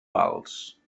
vals